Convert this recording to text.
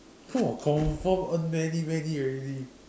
!wah! confirm earn many many already